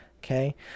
Okay